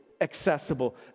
accessible